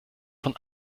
von